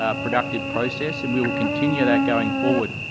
ah productive process, and we will continue that going forward.